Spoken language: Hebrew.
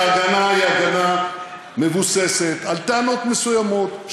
ההגנה היא הגנה המבוססת על טענות מסוימות,